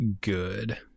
good